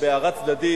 בהערה צדדית,